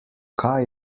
kaj